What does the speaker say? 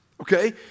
Okay